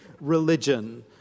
religion